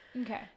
Okay